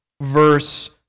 verse